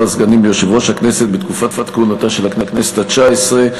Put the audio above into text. הסגנים ליושב-ראש הכנסת בתקופת כהונתה של הכנסת התשע-עשרה),